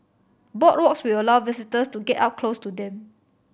boardwalks will allow visitors to get up close to them